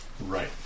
Right